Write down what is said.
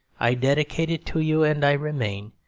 i dedicate it to you, and i remain,